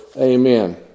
Amen